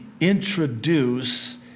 introduce